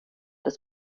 des